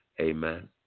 Amen